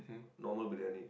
normal Briyani